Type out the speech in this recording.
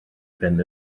ben